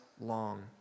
long